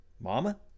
Mama